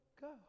go